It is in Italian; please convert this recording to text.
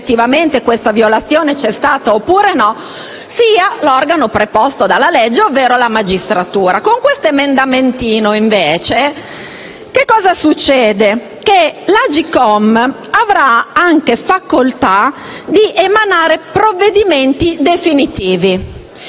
questa violazione vi sia stata oppure no sia l'organo preposto dalla legge, ovvero la magistratura. Con questo emendamentino, invece, l'Agcom avrà anche la facoltà di emanare provvedimenti in via